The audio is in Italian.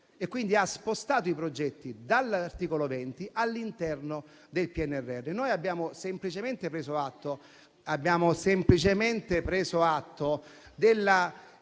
Ripeto, ha spostato i progetti dall'articolo 20 all'interno del PNRR. Noi abbiamo semplicemente preso atto della